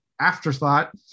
afterthought